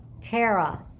Tara